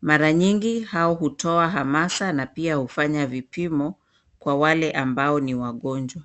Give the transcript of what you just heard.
Mara nyingi hao hutoa hamasa na pia hufanya vipimo kwa wale ambao ni wagonjwa.